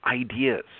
ideas